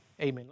Amen